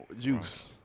juice